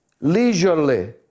leisurely